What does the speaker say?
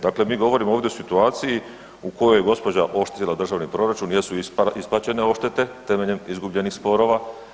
Dakle, mi govorimo ovdje o situaciji u kojoj je gđa. oštetila državni proračun jer su isplaćene odštete temeljem izgubljenih sporova.